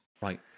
Right